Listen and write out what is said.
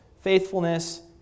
faithfulness